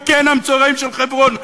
בקן המצורעים של חברון,